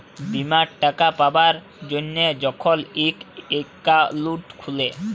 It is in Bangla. বীমার টাকা পাবার জ্যনহে যখল ইক একাউল্ট খুলে